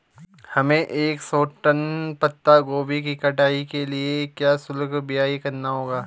हमें एक सौ टन पत्ता गोभी की कटाई के लिए क्या शुल्क व्यय करना होगा?